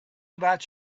about